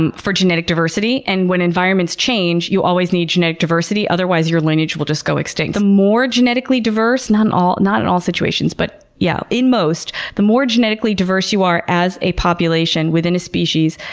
um for genetic diversity. and when environments change, you always need genetic diversity otherwise your lineage will just go extinct. the more genetically diverse, not not in all situations but yeah in most, the more genetically diverse you are as a population within a species,